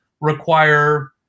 require